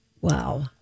Wow